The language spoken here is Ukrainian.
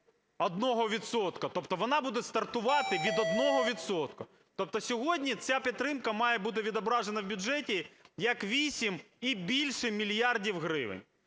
менше 1 відсотка, тобто вона буде стартувати від 1 відсотка. Тобто сьогодні ця підтримка має бути відображена в бюджеті як 8 і більше мільярдів гривень.